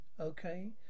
okay